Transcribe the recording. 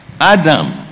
Adam